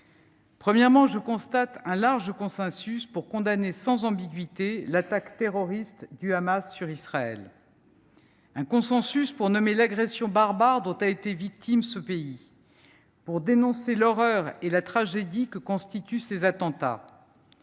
Premièrement, je constate qu’il existe un large consensus pour condamner sans ambiguïté l’attaque terroriste du Hamas sur Israël. Nous sommes tous d’accord pour nommer l’agression barbare dont ce pays a été victime et pour dénoncer l’horreur et la tragédie que constituent ces attentats.